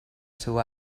seu